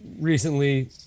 recently